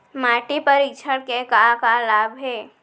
माटी परीक्षण के का का लाभ हे?